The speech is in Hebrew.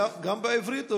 גם בעברית?